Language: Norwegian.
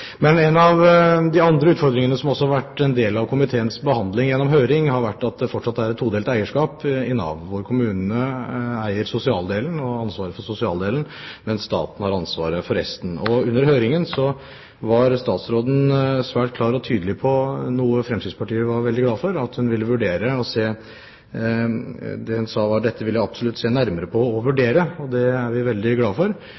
Men en av de andre utfordringene, som også har vært del av komiteens behandling gjennom høring, har vært at det fortsatt er et todelt eierskap i Nav, hvor kommunene har ansvaret for sosialdelen, mens staten har ansvaret for resten. Under høringen var statsråden svært klar og tydelig på noe Fremskrittspartiet var veldig glad for. Det hun sa, var at «dette vil jeg absolutt se nærmere på og vurdere», og det er vi veldig glad for.